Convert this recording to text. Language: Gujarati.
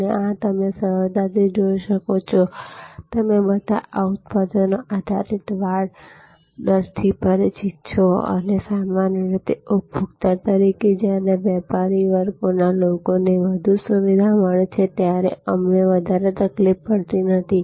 અને આ તમે સરળતાથી જોઈ શકો છો કે તમે બધા આ ઉત્પાદનો આધારિત વાડ દર થી પરિચિત છો અને સામાન્ય રીતે ઉપભોક્તા તરીકે જ્યારે વેપારી વર્ગના લોકોને વધુ સુવિધાઓ મળે છે ત્યારે અમને વધારે તકલીફ પડતી નથી